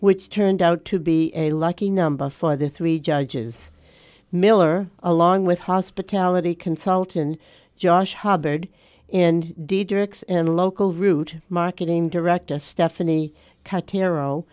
which turned out to be a lucky number for the three judges miller along with hospitality consultant josh hubbard and dietrich's and local route marketing director stephanie cutter hero